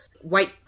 White